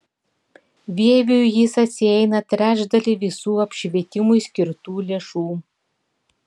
vieviui jis atsieina trečdalį visų apšvietimui skirtų lėšų